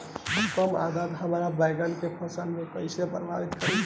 कम आद्रता हमार बैगन के फसल के कइसे प्रभावित करी?